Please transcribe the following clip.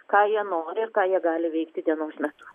ką jie nori ir ką jie gali veikti dienos metu